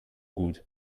gut